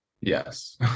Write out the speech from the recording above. Yes